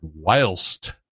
whilst